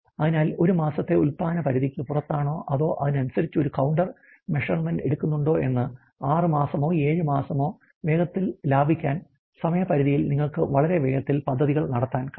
അതിനാൽ ഒരു മാസത്തെ ഉൽപാദനം പരിധിക്ക് പുറത്താണോ അതോ അതനുസരിച്ച് ഒരു COUNTER മെഷർമെൻറ് എടുക്കുന്നോണ്ടോ എന്ന് 6 മാസമോ 7 മാസമോ വേഗത്തിൽ ലാഭിക്കാൻ സമയ പരിധിയിൽ നിങ്ങൾക്ക് വളരെ വേഗത്തിലുള്ള പദ്ധതികൾ നടത്താൻ കഴിയും